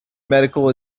medical